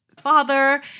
Father